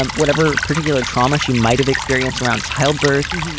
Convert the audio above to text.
um whatever particular trauma she might have experienced around childbirth,